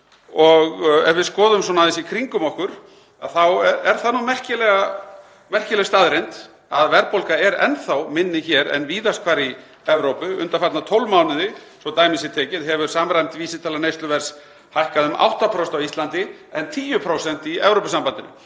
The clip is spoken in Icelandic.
Ef við lítum aðeins í kringum okkur þá er það nú merkileg staðreynd að verðbólga er enn þá minni hér en víðast hvar í Evrópu undanfarna 12 mánuði. Svo dæmi sé tekið hefur samræmd vísitala neysluverðs hækkað um 8% á Íslandi en 10% í Evrópusambandinu.